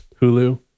hulu